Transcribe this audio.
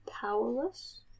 Powerless